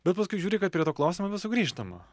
bet paskui žiūri kad prie to klausimo vis sugrįžtama